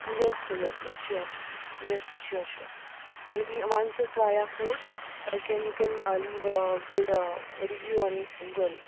येस yes yes sure yes sir sure sure आनी once you try our food you all can you can leave a good review on Google